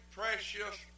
precious